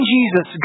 Jesus